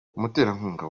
umuterankunga